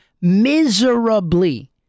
miserably